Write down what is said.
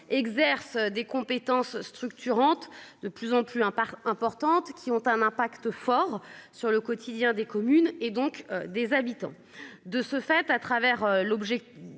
exerce des compétences structurante de plus en plus hein. Part importante qui ont un impact fort sur le quotidien des communes et donc des habitants de ce fait à travers l'objet.